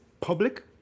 public